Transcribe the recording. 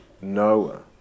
Noah